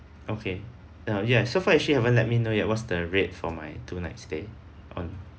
okay err ya so far you actually haven't let me know yet what's the rate for my two night stay on